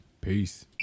Peace